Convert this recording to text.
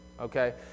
Okay